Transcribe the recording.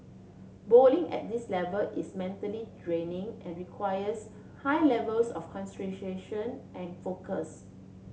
bowling at this level is mentally draining and requires high levels of concentration and focus